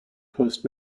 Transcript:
coast